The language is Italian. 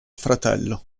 fratello